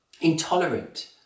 intolerant